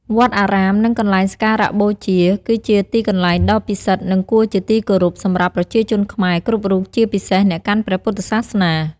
វត្តអារាម និងកន្លែងសក្ការបូជា គឺជាទីកន្លែងដ៏ពិសិដ្ឋ និងគួរជាទីគោរពសម្រាប់ប្រជាជនខ្មែរគ្រប់រូប ជាពិសេសអ្នកកាន់ព្រះពុទ្ធសាសនា។